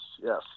yes